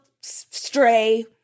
stray